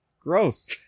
gross